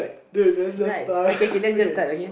dude lets just start okay